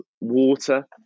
water